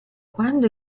quando